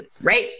right